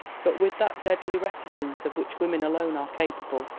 but, with that deadly reticence of which women alone are capable,